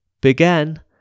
began